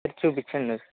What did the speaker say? చూపించండి